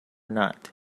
not